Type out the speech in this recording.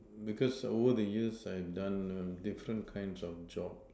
because over the years I've done uh different kinds of job